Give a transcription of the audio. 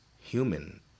human